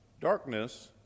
darkness